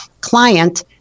client